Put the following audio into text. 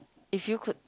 if you could